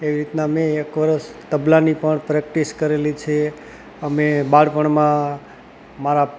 એવી રીતના મેં એક વર્ષ તબલાની પણ પ્રેક્ટિસ કરેલી છે અમે બાળપણમાં મારા